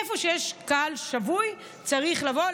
איפה שיש קהל שבוי צריך לבוא,